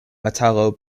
batalo